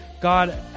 God